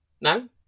No